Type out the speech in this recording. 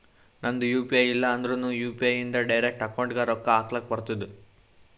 ನಂದ್ U P I ಇಲ್ಲ ಅಂದುರ್ನು ಯು.ಪಿ.ಐ ಇಂದ್ ಡೈರೆಕ್ಟ್ ಅಕೌಂಟ್ಗ್ ರೊಕ್ಕಾ ಹಕ್ಲಕ್ ಬರ್ತುದ್